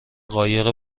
قایق